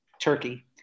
turkey